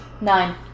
Nine